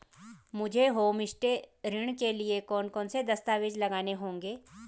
मुझे होमस्टे ऋण के लिए कौन कौनसे दस्तावेज़ लगाने होंगे?